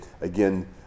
again